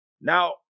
Now